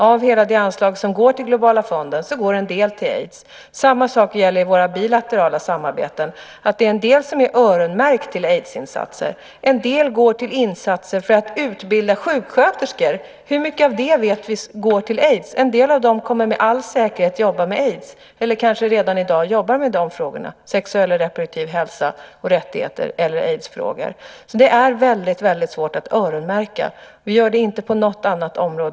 Av hela det anslag som går till den globala fonden går en del till aids. Samma sak gäller i våra bilaterala samarbeten; en del är öronmärkt för aidsinsatser. En del går till insatser för att utbilda sjuksköterskor. Hur mycket av det vet vi går till aids? En del av sjuksköterskorna kommer med all säkerhet att jobba med aids, eller jobbar kanske redan i dag med de frågorna eller med frågor om sexuell och reproduktiv hälsa och rättigheter. Det är alltså svårt att öronmärka. Vi gör det inte på något annat område.